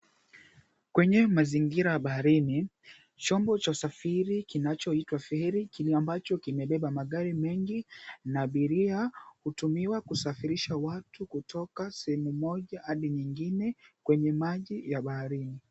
Kwenye mazingira ya baharini chombo cha usafiri kinachoitwa feri kile ambacho kimebeba magari mengi na abiria, hutumiwa kusafirisha watu kutoka sehemu moja hadi nyingine kwenye maji ya baharini.